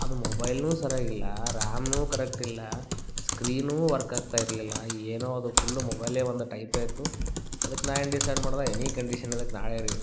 ಅದು ಮೊಬೈಲೂ ಸರಿಯಾಗಿಲ್ಲ ರ್ಯಾಮೂ ಕರೆಕ್ಟಿಲ್ಲ ಸ್ಕ್ರೀನೂ ವರ್ಕ್ ಆಗ್ತಾ ಇರಲಿಲ್ಲ ಏನೋ ಅದು ಫುಲ್ಲೂ ಮೊಬೈಲೇ ಒಂದು ಟೈಪೇ ಇತ್ತು ಅದಕ್ಕೆ ನಾ ಏನು ಡಿಸೈಡ್ ಮಾಡಿದೆ ಎನಿ ಕಂಡೀಶನ್ ಇದಕ್ಕೆ ನಾಳೆ ರೀ